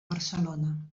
barcelona